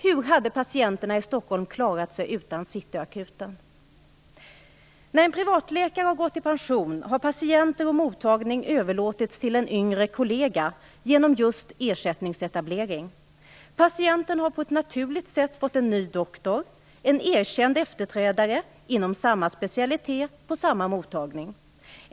Hur hade patienterna i Stockholm klarat sig utan Cityakuten? När en privatläkare har gått i pension har patienter och mottagning överlåtits till en yngre kollega genom just ersättningsetablering. Patienten har på ett naturligt sätt fått en ny doktor, en erkänd efterträdare inom samma specialitet och på samma mottagning.